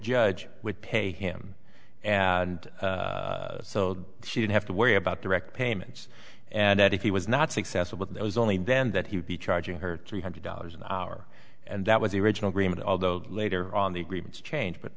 judge would pay him and so she didn't have to worry about direct payments and that if he was not successful but there was only then that he would be charging her three hundred dollars an hour and that was the original agreement although later on the agreements changed but